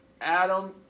Adam